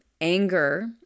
anger